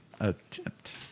Attempt